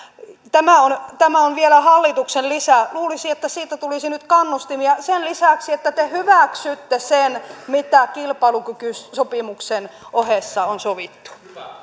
tämä on tämä on vielä hallituksen lisä niin siitä tulisi nyt kannustimia sen lisäksi että te hyväksytte sen mitä kilpailukykysopimuksen ohessa on sovittu